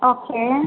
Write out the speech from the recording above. okay